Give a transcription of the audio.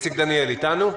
איציק דניאל איתנו?